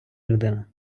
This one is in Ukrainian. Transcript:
людина